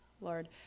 Lord